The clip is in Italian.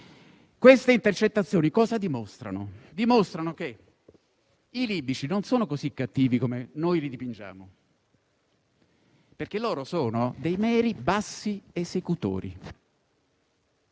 Queste intercettazioni dimostrano che i libici non sono così cattivi come noi li dipingiamo, perché loro sono dei meri, bassi esecutori.